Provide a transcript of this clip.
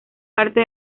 parte